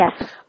Yes